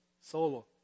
solo